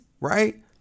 right